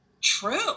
true